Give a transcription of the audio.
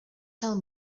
tell